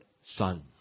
son